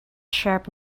sharp